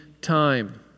time